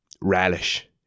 relish